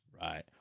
Right